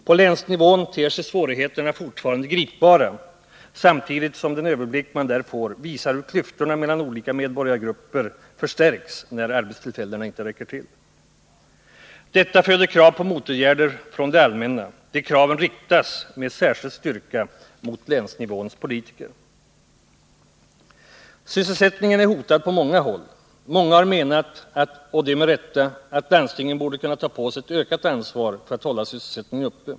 På länsnivån ter sig svårigheterna fortfarande gripbara, samtidigt som den överblick man där får visar hur klyftorna mellan olika medborgargrupper förstärks när arbetstillfällena inte räcker till. Detta föder krav på motåtgärder från det allmänna. De kraven riktas med särskild styrka mot länsnivåns politiker. Sysselsättningen är hotad på många håll. Många har menat — och det med rätta — att landstingen borde kunna ta på sig ett ökat ansvar för att hålla sysselsättningen uppe.